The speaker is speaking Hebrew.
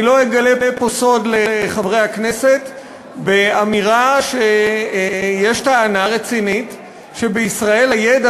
אני לא אגלה פה סוד לחברי הכנסת באמירה שיש טענה רצינית שבישראל הידע